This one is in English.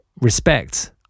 respect